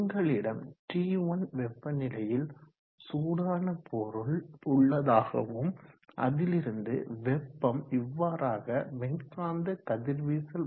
உங்களிடம் T1 வெப்பநிலையில் சூடான பொருள் உள்ளதாகவும் அதிலிருந்து வெப்பம் இவ்வாறாக மின்காந்த கதிர்வீசல் electromagnetic radiation